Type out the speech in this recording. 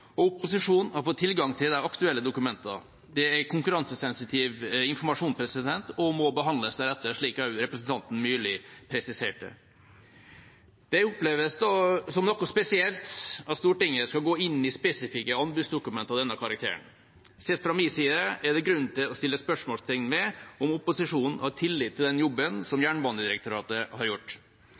og opposisjonen har fått tilgang til de aktuelle dokumentene. Det er konkurransesensitiv informasjon og må behandles deretter, slik representanten Myrli også presiserte. Det oppleves da som noe spesielt at Stortinget skal gå inn i spesifikke anbudsdokument av denne karakteren. Sett fra min side er det grunn til å stille spørsmål ved om opposisjonen har tillit til den jobben som Jernbanedirektoratet har gjort.